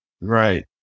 Right